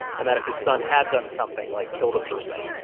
and that if his son had done something like killed a person,